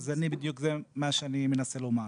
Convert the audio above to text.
זה מה שאני מנסה לומר.